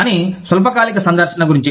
కానీ స్వల్పకాలిక సందర్శన గురించి